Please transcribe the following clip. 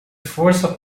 força